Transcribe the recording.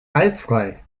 eisfrei